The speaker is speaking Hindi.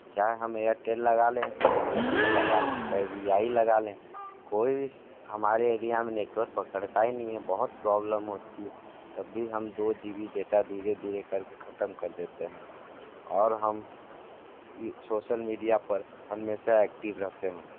चाहे हम एयरटेल लगा लें चाहे बी एस न ल लगा लें चाहे वी आई लगा लें कोई भी इस हमारे एरिया में नेटवर्क पकड़ता ही नहीं है बहुत प्रॉब्लम होती है तब भी हम दो जी बी डेटा धीरे धीरे करके खत्म कर देते हैं और हम सोशल मिडिया पर हमेशा एक्टिव रहते हैं